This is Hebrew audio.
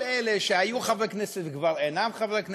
כל אלה שהיו חברי כנסת כבר אינם חברי כנסת,